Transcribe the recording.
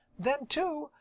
then, too,